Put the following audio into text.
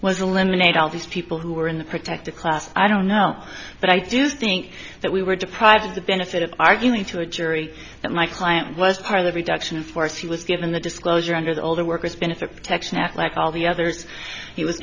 was eliminate all these people who were in a protected class i don't know but i do think that we were deprived of the benefit of arguing to a jury that my client was part of the reduction of force he was given the disclosure under the older workers benefit protection act like all the others he was